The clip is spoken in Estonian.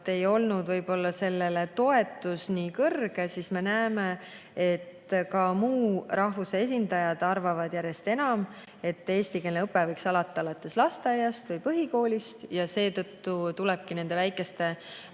ei olnud toetus sellele nii kõrge, siis [nüüd] me näeme, et ka muu rahvuse esindajad arvavad järjest enam, et eestikeelne õpe võiks alata lasteaias või põhikoolis. Seetõttu tulebki nende väikeste